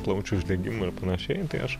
plaučių uždegimu ir panašiai tai aš